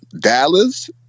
Dallas